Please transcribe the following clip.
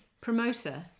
promoter